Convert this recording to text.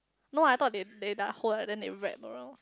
no I thought they they like hold ah then they wrap around